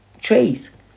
trees